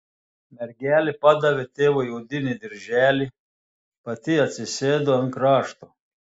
mergelė padavė tėvui odinį dirželį pati atsisėdo ant krašto